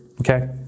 Okay